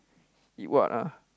eat what ah